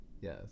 yes